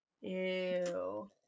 Ew